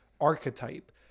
archetype